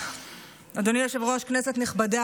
27 מיליון עבור תוכנית למניעת נשירה בישיבות.